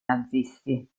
nazisti